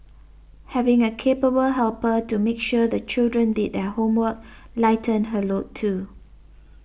having a capable helper to make sure the children did their homework lightened her load too